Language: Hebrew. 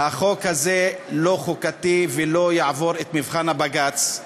החוק הזה לא-חוקתי ולא יעבור את מבחן בג"ץ.